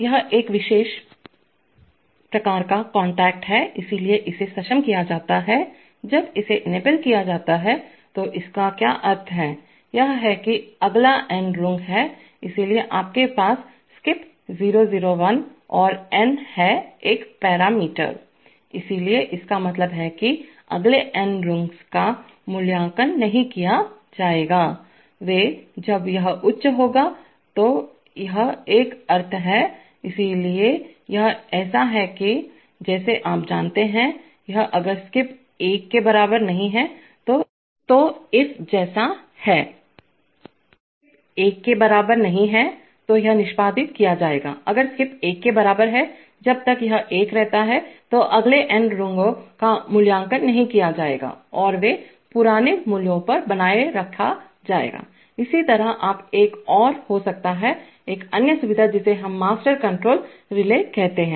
यह एक विशेष प्रकार का कांटेक्ट है इसलिए इसे सक्षम किया जाता है जब इसे इनेबल किया जाता है तो इसका क्या अर्थ है यह है कि अगला N रुंग है इसलिए आपके पास SKIP001 और n है एक पैरामीटर इसलिए इसका मतलब है कि अगले n रुंग्स का मूल्यांकन नहीं किया जाएगा वे जब यह उच्च होगा तो यह एक अर्थ है इसलिए यह ऐसा है जैसे आप जानते हैं यह अगर स्किप 1 के बराबर नहीं तो यह इफ जैसा है स्किप 1 के बराबर नहीं है तो यह निष्पादित किया जाएगा अगर स्किप 1 के बराबर है जब तक यह एक रहता है तो अगले n रनों का मूल्यांकन नहीं किया जाएगा और वे पुराने मूल्य पर बनाए रखा जाएगा इसी तरह आप एक और हो सकते हैं एक अन्य सुविधा जिसे हम मास्टर कंट्रोल रिले कहते हैं